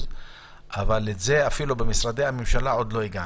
אבל, לזה אפילו במשרדי ממשלה עוד לא הגענו.